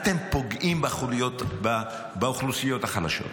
אתם פוגעים באוכלוסיות החלשות.